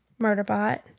Murderbot